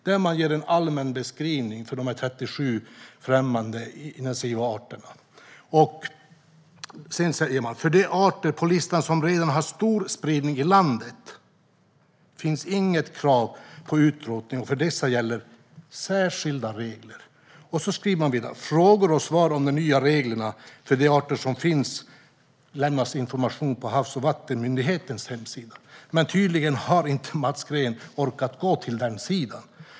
Där ges en allmän beskrivning av de 37 främmande invasiva arterna. Sedan framgår följande: "För de arter på listan som redan har stor spridning i landet finns inget krav på utrotning och för dessa gäller särskilda regler." Sedan framgår att information, frågor och svar om de nya reglerna för de arter som finns lämnas på Havs och vattenmyndighetens hemsida. Tydligen har inte Mats Green orkat ta fram den sidan.